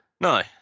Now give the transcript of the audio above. No